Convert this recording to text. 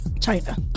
China